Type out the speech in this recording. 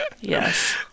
Yes